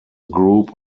group